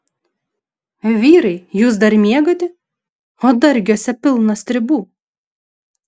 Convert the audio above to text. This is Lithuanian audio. vyrai jūs dar miegate o dargiuose pilna stribų